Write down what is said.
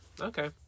Okay